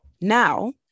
now